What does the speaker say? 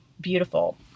beautiful